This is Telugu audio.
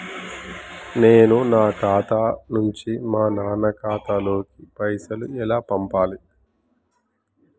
నేను నా ఖాతా నుంచి మా నాన్న ఖాతా లోకి పైసలు ఎలా పంపాలి?